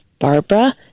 Barbara